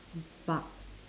bark